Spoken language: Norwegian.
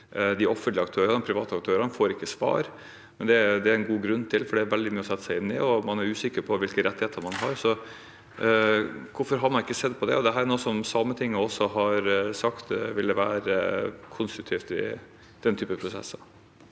de offentlige aktørene og de private aktørene ikke svar. Det er det en god grunn til, for det er veldig mye å sette seg inn i, og man er usikker på hvilke rettigheter man har. Hvorfor har man ikke sett på det? Dette er også noe Sametinget har sagt vil være konstruktivt i slike prosesser.